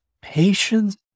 patience